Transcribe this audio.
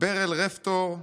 ברל רפטור,